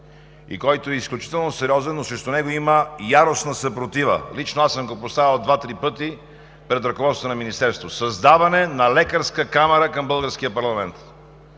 и който е изключително сериозен, но срещу него има яростна съпротива. Лично аз съм го поставял два-три пъти пред ръководството на Министерството – създаване на лекарска камара към българския парламент.